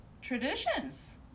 traditions